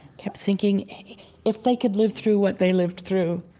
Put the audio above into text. kept thinking if they could live through what they lived through,